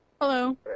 Hello